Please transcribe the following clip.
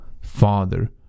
Father